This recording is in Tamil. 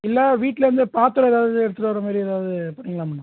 இல்லை வீட்டிலேருந்து பாத்திரம் ஏதாவது எடுத்துகிட்டு வர்ற மாரி ஏதாவது பண்ணிக்கலாமாண்ணா